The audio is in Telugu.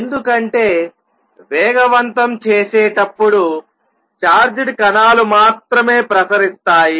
ఎందుకంటే వేగవంతం చేసేటప్పుడు చార్జ్డ్ కణాలు మాత్రమే ప్రసరిస్తాయి